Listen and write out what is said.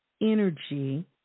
energy